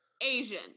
asian